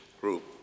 group